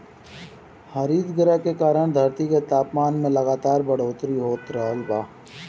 हरितगृह के कारण धरती के तापमान में लगातार बढ़ोतरी हो रहल बा